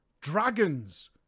dragons